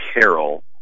Carol